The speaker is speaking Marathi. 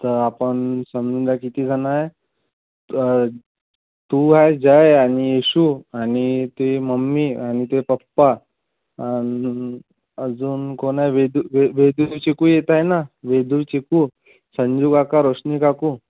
तर आपण समजून जा किती जणं आहे त अं तू आहे जय आणि इशू आणि ते मम्मी आणि ते पप्पा आणि अजून कोण आहे वेदू वे वेदू न चीकू येत आहे ना वेदू चीकू संजू काका रोशनी काकू